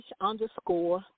underscore